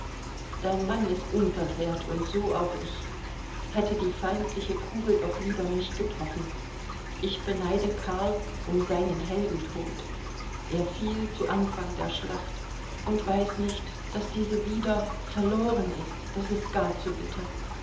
dein mann ist unversehrt und so auch ich hätte die feindliche kugel doch lieber mich getroffen ich beneide karl um seinen heldentod er fiel zu anfang der schlacht und weiß nicht daß diese wieder verloren ist das ist gar zu bitter